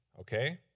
okay